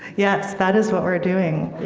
yes, that is what we're doing.